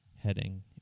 heading